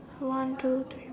one two three